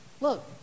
Look